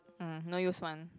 mm no use one